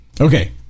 Okay